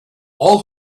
all